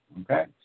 okay